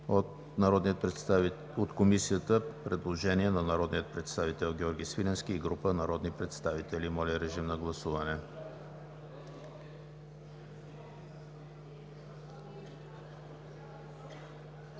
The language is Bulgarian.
от Комисията предложение на народния представител Георги Свиленски и група народни представители. Гласували